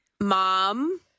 mom